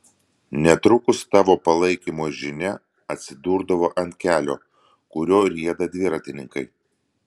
netrukus tavo palaikymo žinia atsidurdavo ant kelio kuriuo rieda dviratininkai